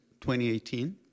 2018